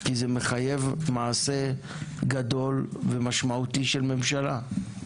כי זה מחייב מעשה גדול ומשמעותי של ממשלה,